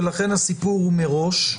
ולכן הסיפור הוא מראש.